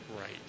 right